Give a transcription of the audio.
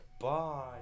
Bye